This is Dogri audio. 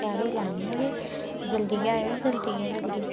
त्यार होई लैन्नी आं जल्दी गै आएओ जल्दी